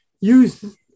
use